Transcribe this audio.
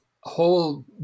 whole